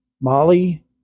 Molly